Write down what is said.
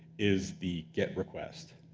is the get request.